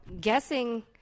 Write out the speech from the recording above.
guessing